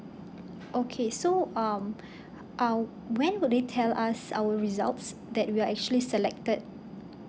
okay so um uh when would they tell us our results that we are actually selected